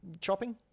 Chopping